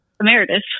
Emeritus